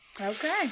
Okay